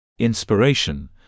Inspiration